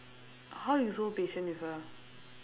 how you so patient with her